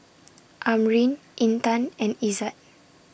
Amrin Intan and Izzat